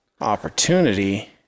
opportunity